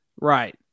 Right